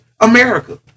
America